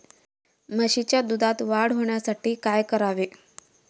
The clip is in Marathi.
म्हशीच्या दुधात वाढ होण्यासाठी काय करावे?